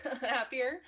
happier